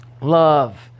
love